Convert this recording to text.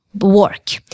work